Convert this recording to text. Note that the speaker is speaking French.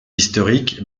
historique